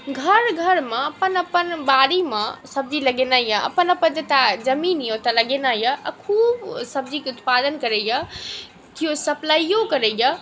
घर घरमे अपन अपन बाड़ीमे सब्जी लगेने अइ अपन अपन जतऽ जमीन अइ ओतऽ लगेने अइ आओर खूब सब्जीके उत्पादन करैए कोइ सप्लाइओ करैए